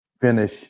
finish